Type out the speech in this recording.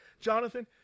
Jonathan